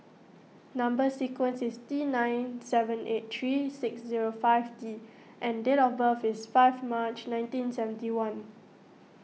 Number Sequence is T nine seven eight three six zero five T and date of birth is five March nineteen seventy one